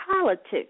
politics